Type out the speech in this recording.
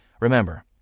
Remember